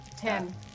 Ten